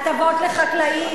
הטבות לחקלאים,